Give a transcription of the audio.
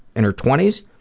in her twenty